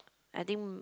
I think